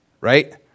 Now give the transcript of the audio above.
right